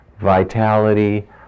vitality